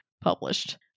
published